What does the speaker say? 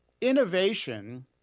innovation